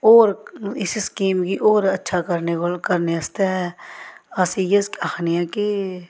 होर इस स्कीम गी होर अच्छा करने कोल करने आस्तै अस इ'यै आखने आं कि